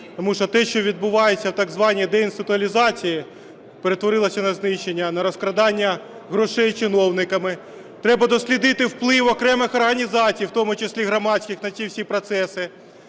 Тому що те, що відбувається в так званій деінституалізації, перетворилось на знищення, на розкрадання грошей чиновниками. Треба дослідити вплив окремих організацій, в тому числі громадських, на ті всі процеси.